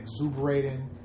exuberating